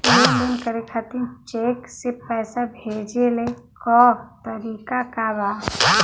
लेन देन करे खातिर चेंक से पैसा भेजेले क तरीकाका बा?